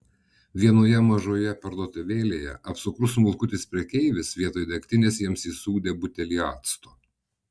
vienoje mažoje parduotuvėlėje apsukrus smulkutis prekeivis vietoj degtinės jiems įsūdė butelį acto